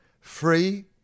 Free